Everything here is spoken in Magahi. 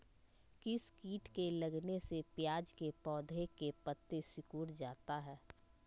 किस किट के लगने से प्याज के पौधे के पत्ते सिकुड़ जाता है?